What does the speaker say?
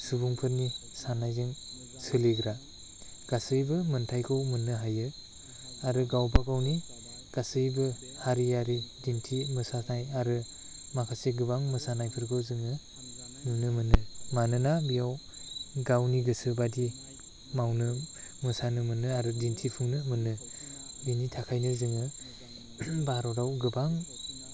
सुबुंफोरनि सान्नायजों सोलिग्रा गासैबो मोन्थाइखौ मोन्नो हायो आरो गावबा गावनि गासैबो हारियारि दिन्थि मोसानाय आरो माखासे गोबां मोसानायफोरखौ जोङो नुनो मोनो मानोना बेयाव गावनि गोसो बादि मावनो मोसानो मोनो आरो दिन्थिफुंनो मोनो बिनि थाखायनो जोङो भारताव गोबां